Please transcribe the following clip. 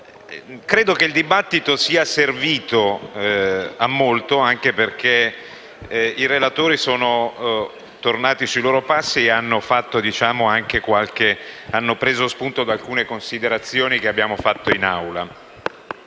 credo che il dibattito sia servito a molto, anche perché i relatori sono tornati sui loro passi e hanno preso spunto da alcune considerazioni che abbiamo fatto in Aula.